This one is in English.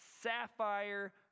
sapphire